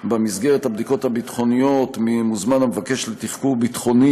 במסגרת הבדיקות הביטחוניות מוזמן המבקש לתחקור ביטחוני